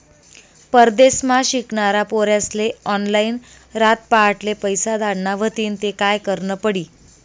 परदेसमा शिकनारा पोर्यास्ले ऑनलाईन रातपहाटले पैसा धाडना व्हतीन ते काय करनं पडी